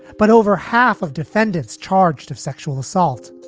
but over half of defendants charged of sexual assault